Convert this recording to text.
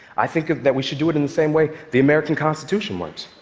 i think that we should do it in the same way the american constitution works.